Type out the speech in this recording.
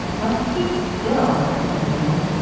let's keep still, said mabel.